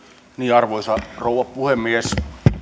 arvoisa rouva puhemies